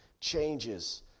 changes